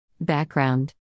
Background